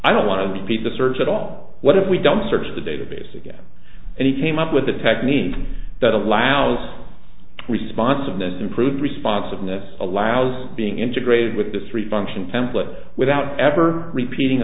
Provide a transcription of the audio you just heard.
i don't want to repeat the search at all what if we don't search the database again and he came up with a technique that allows responsible and improved responsiveness allows being integrated with the three function template without ever repeating a